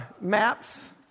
Maps